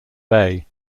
bay